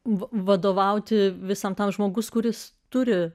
vadovauti visam tam žmogus kuris turi